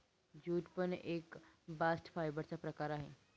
jute पण एक bast fibre चा प्रकार आहे